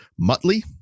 Muttley